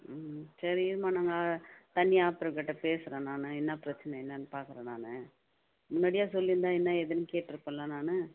ம் சரி இரும்மா நாங்கள் தண்ணி ஆப்டர் கிட்டே பேசுகிறேன் நான் என்ன பிரச்சின என்னென்னு பார்க்குறேன் நான் முன்னாடியே சொல்லியிருந்தா என்ன ஏதுனென்னு கேட்டிருப்பேன்ல நான்